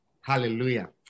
Hallelujah